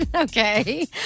Okay